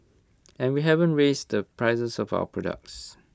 and we haven't raise the prices of our products